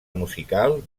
musical